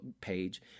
page